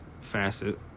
facet